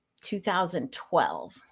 2012